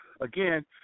again